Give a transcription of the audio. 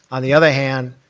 on the other hand,